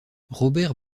robert